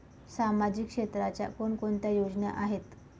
सामाजिक क्षेत्राच्या कोणकोणत्या योजना आहेत?